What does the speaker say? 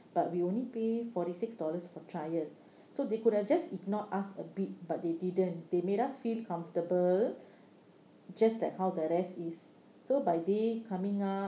but we only pay forty six dollars for trial so they could have just ignored us a bit but they didn't they made us feel comfortable just like how the rest is so by day coming up